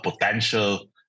potential